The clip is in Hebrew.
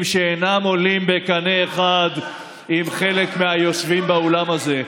שאינם עולים בקנה אחד עם עמדת חלק מהיושבים באולם הזה.